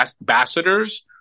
ambassadors